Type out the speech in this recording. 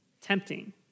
tempting